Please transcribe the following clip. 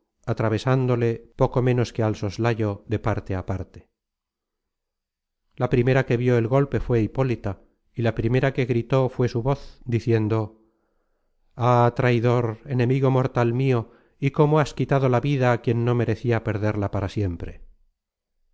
atravesándole poco ménos que al soslayo de parte á parte la primera que vió el golpe fué hipólita y la primera que gritó fué su voz diciendo ah traidor enemigo mortal mio y cómo has quitado la vida á quien no merecia perderla para siempre